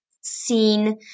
seen